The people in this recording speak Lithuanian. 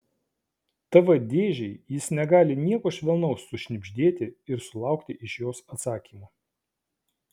tv dėžei jis negali nieko švelnaus sušnibždėti ir sulaukti iš jos atsakymo